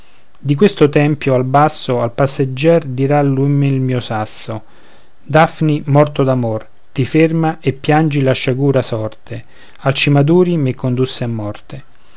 di questo tempio al basso al passeggier dirà l'umil mio sasso dafni morto d'amor ti ferma e piagni la sciagurata sorte alcimaduri me condusse a morte